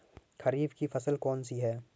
खरीफ की फसल कौन सी है?